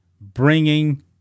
bringing